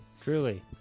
Truly